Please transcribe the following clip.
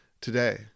today